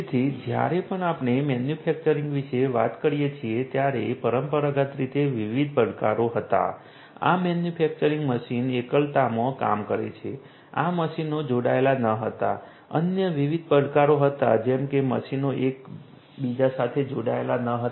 તેથી જ્યારે પણ આપણે મેન્યુફેક્ચરિંગ વિશે વાત કરીએ છીએ ત્યારે પરંપરાગત રીતે વિવિધ પડકારો હતા આ મેન્યુફેક્ચરિંગ મશીન એકલતામાં કામ કરે છે આ મશીનો જોડાયેલા ન હતા અન્ય વિવિધ પડકારો હતા જેમ કે આ મશીનો એક બીજા સાથે જોડાયેલા ન હતા